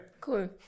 Cool